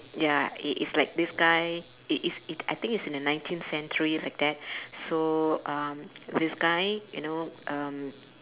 ya it it's like this guy it is i~ I think it's in the nineteen century like that so um this guy you know um